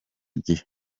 gihe